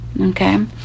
Okay